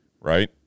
right